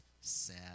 sad